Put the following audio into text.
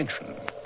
attention